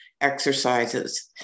exercises